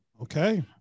Okay